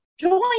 join